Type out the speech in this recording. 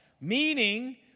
Meaning